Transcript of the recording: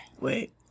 Wait